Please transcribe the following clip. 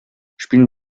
spielen